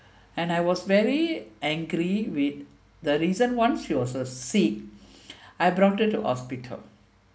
and I was very angry with the reason once she was uh sick I brought her to hospital